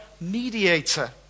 mediator